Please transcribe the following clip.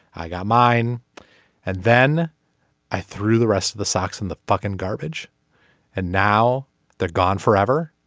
i got mine and then i threw the rest of the socks in the fuckin garbage and now they're gone forever.